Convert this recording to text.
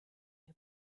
who